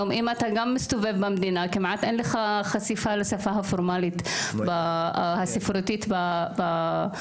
אם אתה מסתובב במדינה כמעט אין לך חשיפה לשפה הפורמלית הספרותית במדינה,